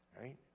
right